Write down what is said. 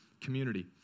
community